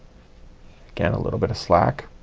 again a little bit of slack.